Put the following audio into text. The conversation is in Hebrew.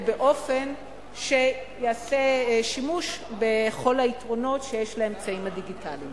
באופן שייעשה שימוש בכל היתרונות שיש לאמצעים הדיגיטליים.